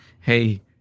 hey